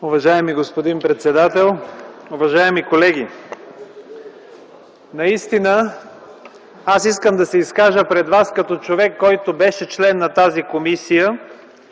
Уважаеми господин председател, уважаем колеги! Аз искам да се изкажа пред вас като човек, който беше член на тази комисия